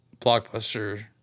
blockbuster